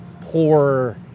poor